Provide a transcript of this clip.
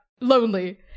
lonely